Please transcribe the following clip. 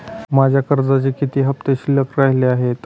माझ्या कर्जाचे किती हफ्ते शिल्लक राहिले आहेत?